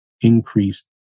increase